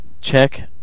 check